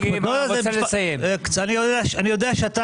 בגלל שאין